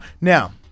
Now